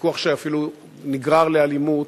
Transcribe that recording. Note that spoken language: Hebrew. ויכוח שאפילו נגרר לאלימות,